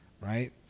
right